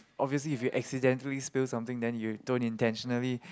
obviously if you accidentally spilt something then you don't intentionally